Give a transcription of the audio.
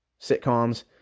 sitcoms